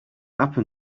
happen